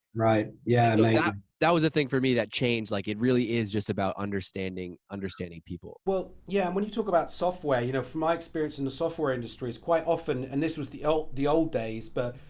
right, yeah, amazing. like yeah that was the thing for me that changed. like it really is just about understanding understanding people. well, yeah and when you talk about software you know from my experience in the software industry is quite often, and this was the old the old days but,